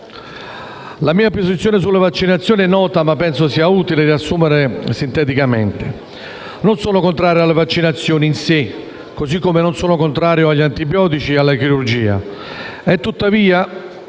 la mia posizione sulle vaccinazioni è nota, ma penso sia utile riassumerla sinteticamente: non sono contrario alle vaccinazioni in sé, così come non sono contrario agli antibiotici o alla chirurgia.